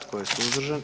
Tko je suzdržan?